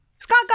Scott